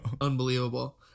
unbelievable